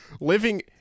Living